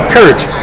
Courage